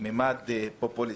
ממד פופוליסטי.